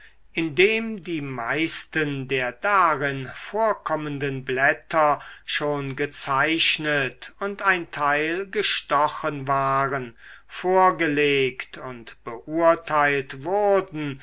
indem die meisten der darin vorkommenden blätter schon gezeichnet und ein teil gestochen waren vorgelegt und beurteilt wurden